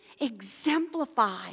exemplify